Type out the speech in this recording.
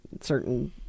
certain